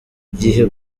gihe